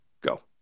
go